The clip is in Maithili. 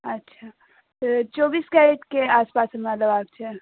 अच्छा ओ चौबीस कैरेटके आस पास हमरा लेबाक छल